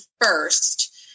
first